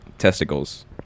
testicles